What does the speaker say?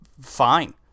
fine